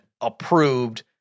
approved